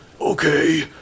Okay